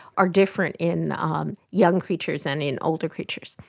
are different in um young creatures and in older creatures.